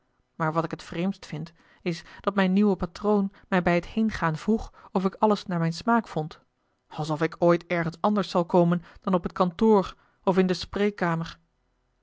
maar wat ik het vreemdst vind is dat mijn nieuwe patroon mij bij het heengaan vroeg of ik alles naar mijn smaak vond alsof ik ooit ergens anders zal komen dan op het kantoor of in de spreekkamer